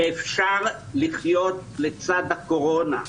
שאפשר לחיות לצד הקורונה.